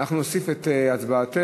ואנחנו נוסיף את הצבעתך,